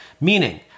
Meaning